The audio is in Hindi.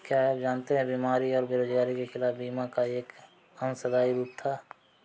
क्या आप जानते है बीमारी और बेरोजगारी के खिलाफ बीमा का एक अंशदायी रूप था?